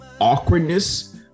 awkwardness